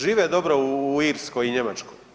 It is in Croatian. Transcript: Žive dobro u Irskoj i Njemačkoj.